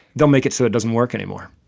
they'll make it so it doesn't work anymore.